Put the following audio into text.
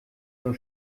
nur